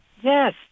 Yes